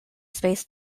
space